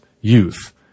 youth